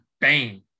bang